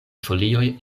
folioj